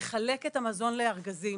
לחלק את המזון לארגזים.